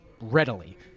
readily